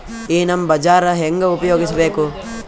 ಈ ನಮ್ ಬಜಾರ ಹೆಂಗ ಉಪಯೋಗಿಸಬೇಕು?